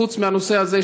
חוץ מהנושא הזה,